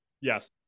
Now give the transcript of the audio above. Yes